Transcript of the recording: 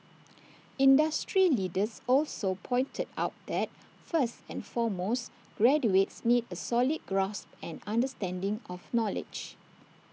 industry leaders also pointed out that first and foremost graduates need A solid grasp and understanding of knowledge